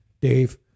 Dave